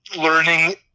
learning